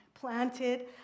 planted